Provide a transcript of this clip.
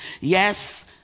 Yes